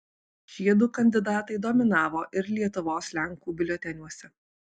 šie du kandidatai dominavo ir lietuvos lenkų biuleteniuose